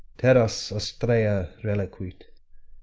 terras astrea reliquit,